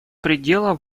предела